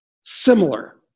similar